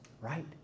Right